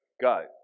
Go